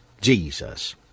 Jesus